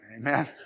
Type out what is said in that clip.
Amen